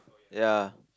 ya